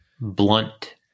blunt